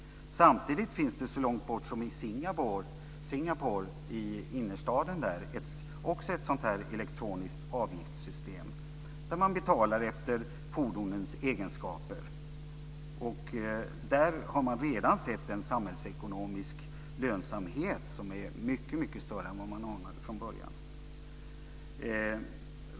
Samtidigt finns det så långt bort som i innerstaden i Singapore också ett sådant här elektroniskt avgiftssystem där man betalar efter fordonets egenskaper. Där har man redan sett en samhällsekonomisk lönsamhet som är mycket större än man anade från början.